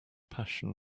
passion